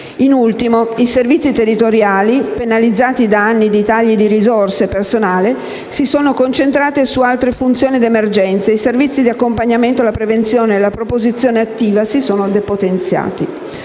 In ultimo, i servizi territoriali, penalizzati da anni di tagli di risorse e personale, si sono concentrati su altre funzioni ed emergenze, mentre i servizi di accompagnamento alla prevenzione e alla proposizione attiva si sono depotenziati.